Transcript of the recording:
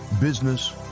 business